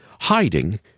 hiding